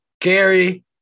Gary